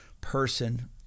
person